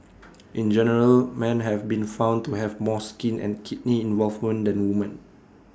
in general men have been found to have more skin and kidney involvement than women